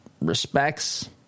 respects